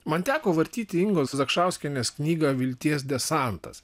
man teko vartyti ingos zakšauskienės knygą vilties desantas